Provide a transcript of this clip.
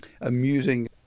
Amusing